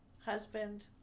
husband